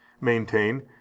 maintain